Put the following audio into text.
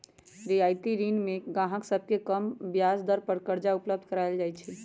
रियायती ऋण में गाहक सभके कम ब्याज दर पर करजा उपलब्ध कराएल जाइ छै